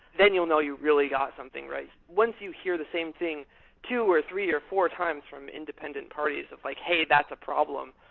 then you'll know you really got something right. once you hear the same thing two, or three, or four times from independent parties, it's like, hey! that's a problem,